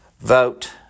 Vote